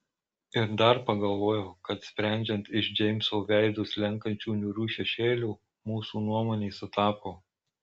ir dar pagalvojau kad sprendžiant iš džeimso veidu slenkančių niūrių šešėlių mūsų nuomonė sutapo